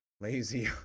lazy